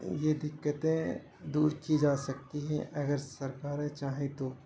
یہ دقتیں دور کی جا سکتی ہیں اگر سرکاریں چاہیں تو